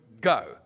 go